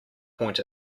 point